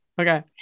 Okay